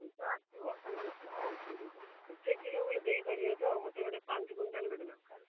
ସେ ତ ଆସିବ ଠିକ୍ ଅଛି ହଉ ତିରିଶ ରଖୁଛି ପାଞ୍ଚ କିଲୋ ବୋଲେ ଦେଇ ପାରିବେ ତ ମୋତେ ଗୋଟେ ପାଞ୍ଚ କ୍ୱିଣ୍ଟାଲ ଗୋେଟେ ଦରକାର